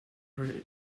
per